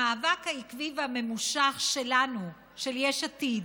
המאבק העקבי והממושך שלנו, של יש עתיד,